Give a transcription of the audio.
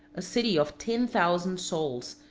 a city of ten thousand souls,